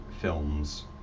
films